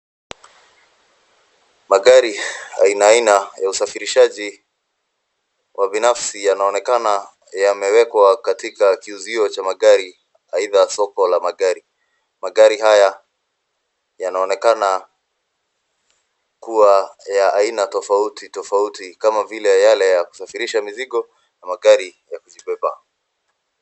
Magari aina aina ya usafirishaji wa binafsi yanaonekana yamewekwa katika kiuzio cha magari aidha soko la magari. Magari haya yanaonekana kuwa ya aina tofauti tofauti kama vile yale ya kusafirisha mizigo na magari ya kujibeba.